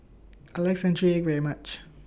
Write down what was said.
I like Century Egg very much